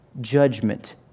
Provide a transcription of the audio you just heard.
judgment